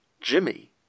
Jimmy